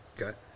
okay